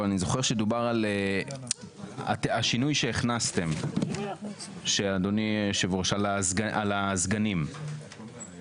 אבל אני זוכר שדובר על השינוי שהכנסתם אדוני היושב ראש על הסגנים נכון?